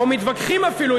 או מתווכחים אפילו,